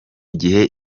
igihe